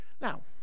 Now